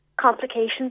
Complications